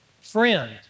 friend